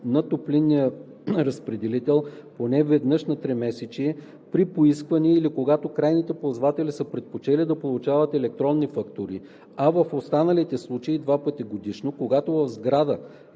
на топлинния разпределител поне веднъж на тримесечие при поискване или когато крайните ползватели са предпочели да получават електронни фактури, а в останалите случаи – два пъти годишно, когато в сграда